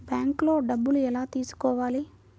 బ్యాంక్లో డబ్బులు ఎలా తీసుకోవాలి?